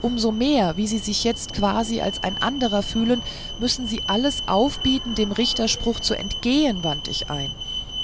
um so mehr wo sie sich jetzt quasi als ein anderer fühlen müssen sie alles aufbieten dem richterspruch zu entgehen wandte ich ein